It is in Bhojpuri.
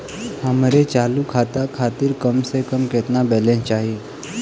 हमरे चालू खाता खातिर कम से कम केतना बैलैंस चाही?